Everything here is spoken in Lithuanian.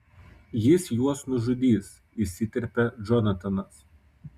jis juos nužudys įsiterpia džonatanas